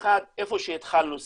האחד, איפה שהתחלנו סיימנו.